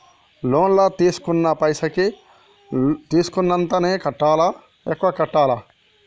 Loan లా తీస్కున్న పైసల్ కి తీస్కున్నంతనే కట్టాలా? ఎక్కువ కట్టాలా?